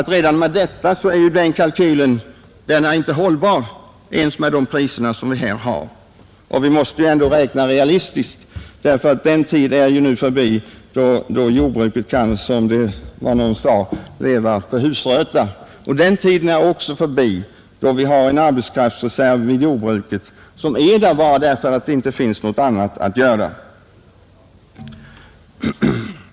Redan härmed är denna kalkyl inte hållbar ens med de priser vi här diskuterar. Vi måste ändå räkna realistiskt, ty den tid är förbi då jordbruket kan som någon sade leva på husröta. Den tiden är också förbi då vi hade en arbetskraftreserv i jordbruket som var kvar bara för att det inte fanns något annat att göra.